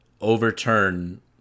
overturn